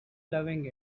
loving